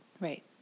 Right